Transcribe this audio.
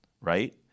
right